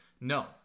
No